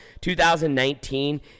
2019